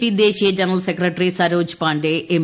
P ദേശീയ general secretary Saroj Pandey M